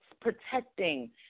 protecting